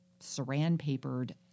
saran-papered